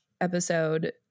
episode